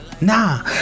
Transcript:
nah